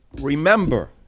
Remember